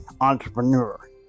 entrepreneur